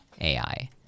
AI